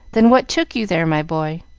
then what took you there, my boy?